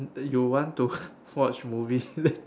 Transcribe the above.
then you want to watch movies late